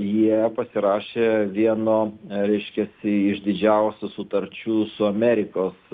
jie pasirašė vieno reiškiasi iš didžiausių sutarčių su amerikos